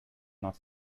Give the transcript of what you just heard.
not